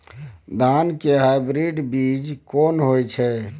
धान के हाइब्रिड बीज कोन होय है?